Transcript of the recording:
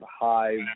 high